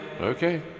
Okay